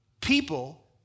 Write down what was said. People